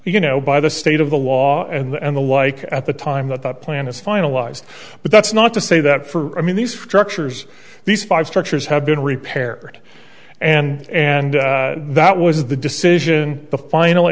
you know by the state of the law and the like at the time that the plan is finalized but that's not to say that for i mean these structures these five structures have been repaired and and that was the decision the final